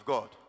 God